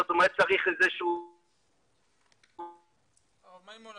זאת אומרת צריך --- הרב מימון,